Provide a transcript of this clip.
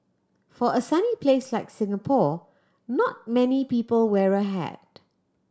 for a sunny place like Singapore not many people wear a hat